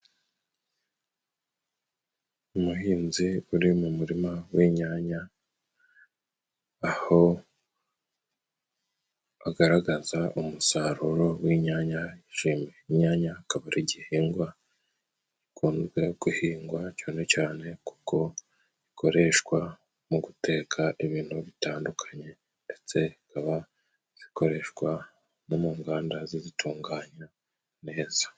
Umuhinzi uri mu murima w'inyanya， aho agaragaza umusaruro w'inyanya，ndetse inyanya akaba ari igihingwa gikunzwe guhingwa cane cane， kuko gikoreshwa mu guteka ibintu bitandukanye ndetse zikaba zikoreshwa no mu nganda zizitunganya neza.